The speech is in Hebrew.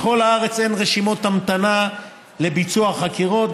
בכל הארץ אין רשימות המתנה לביצוע חקירות,